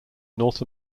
north